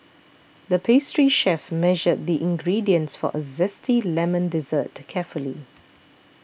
the pastry chef measured the ingredients for a Zesty Lemon Dessert carefully